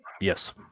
Yes